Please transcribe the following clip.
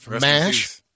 Mash